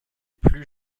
plus